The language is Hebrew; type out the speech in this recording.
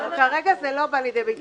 כרגע זה לא בא לידי ביטוי.